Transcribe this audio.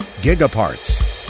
Gigaparts